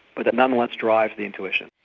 but nonetheless drive the intuition.